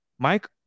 Mike